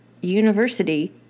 university